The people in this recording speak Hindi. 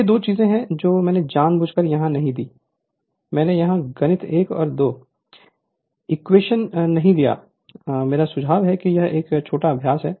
ये दो चीजें जो मैंने जानबूझकर यहां नहीं दीं मैंने यहां गणित 1 या 2 इक्वेशन नहीं दिया मेरा सुझाव है कि यह एक छोटा अभ्यास है